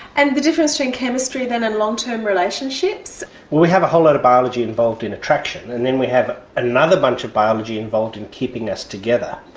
and the difference between chemistry then and long-term relationships? we have a whole lot of biology involved in attraction, and then we have another bunch of biology involved in keeping us together.